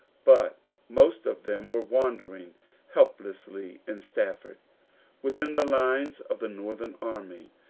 but most of them were wandering helplessly in stafford within the lines of the northern army.